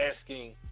asking